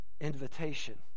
invitation